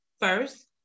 First